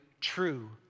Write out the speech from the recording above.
true